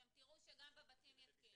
אתם תראו שגם בבתים יתקינו.